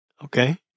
Okay